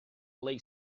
lay